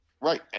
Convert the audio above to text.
Right